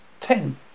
ten